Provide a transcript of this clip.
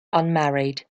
unmarried